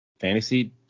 fantasy